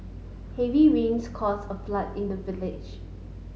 heavy rains cause a flood in the village